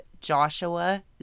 Joshua